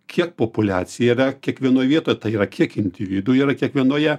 kiek populiacija yra kiekvienoj vietoj tai yra kiek individų yra kiekvienoje